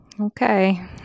okay